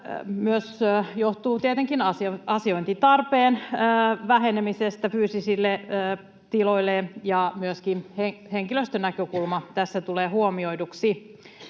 myös johtuu tietenkin asiointitarpeen vähenemisestä fyysisille tiloille, ja myöskin henkilöstönäkökulma tässä tulee huomioiduksi.